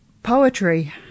Poetry